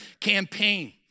campaign